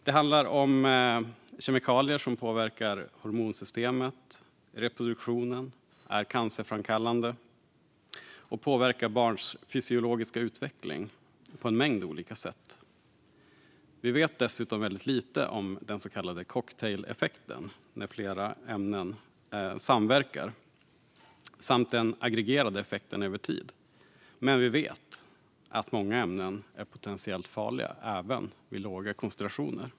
Det handlar om kemikalier som påverkar hormonsystemet och reproduktionen, är cancerframkallande och påverkar barns fysiologiska utveckling på en mängd olika sätt. Vi vet dessutom väldigt lite om den så kallade cocktaileffekten, som uppstår när flera ämnen samverkar, samt den aggregerade effekten över tid. Men vi vet att många ämnen är potentiellt farliga även vid låga koncentrationer.